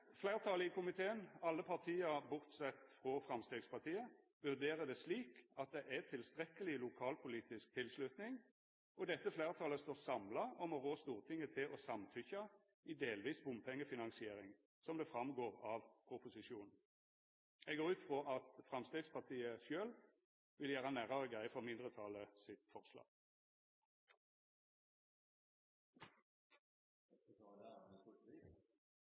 Fleirtalet i komiteen, alle partia bortsett frå Framstegspartiet, vurderer det slik at det er tilstrekkeleg lokalpolitisk tilslutning, og dette fleirtalet står samla om å rå Stortinget til å samtykkja i delvis bompengefinansiering, som det framgår av proposisjonen. Eg går ut frå at Framstegspartiet sjølv vil gjera nærare greie for mindretalet sitt